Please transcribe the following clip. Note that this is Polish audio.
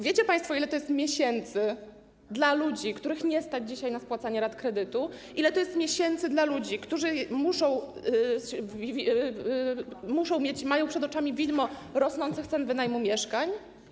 Wiecie państwo, ile to jest miesięcy dla ludzi, których nie stać dzisiaj na spłacanie rat kredytu, ile to jest miesięcy dla ludzi, którzy mają przed oczami widmo rosnących cen wynajmu mieszkań?